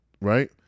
Right